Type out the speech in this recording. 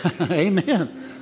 Amen